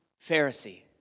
Pharisee